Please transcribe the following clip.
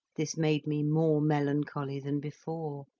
this made me more melancholy than before,